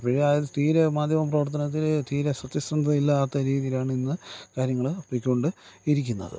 ഇപ്പം തീരെ മാധ്യമ പ്രവർത്തനത്തിൽ തീരെ സത്യസന്ധത ഇല്ലാത്ത രീതിയിലാണിന്ന് കാര്യങ്ങൾ പോയിക്കൊണ്ട് ഇരിക്കുന്നത്